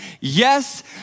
Yes